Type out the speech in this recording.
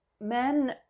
men